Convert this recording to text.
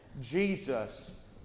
Jesus